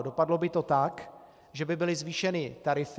Dopadlo by to tak, že by byly zvýšeny tarify.